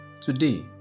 Today